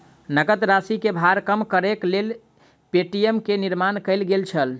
नकद राशि के भार कम करैक लेल पे.टी.एम के निर्माण कयल गेल छल